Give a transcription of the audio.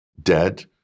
Dead